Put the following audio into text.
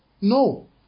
No